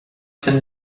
can